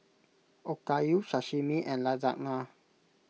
Okayu Sashimi and Lasagna